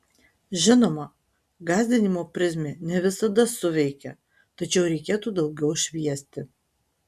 žinoma gąsdinimo prizmė ne visada suveikia tačiau reikėtų daugiau šviesti